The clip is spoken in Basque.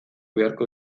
beharko